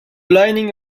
lining